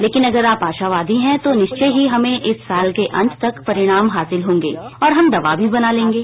लेकिन अगर आप आशावादी है तो निश्चय ही हमें इस साल के अंत तक परिणाम हासिल होंगे और हम दवा भी बना लेंगे